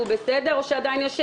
הוא בסדר, או שעדיין יש בעיות?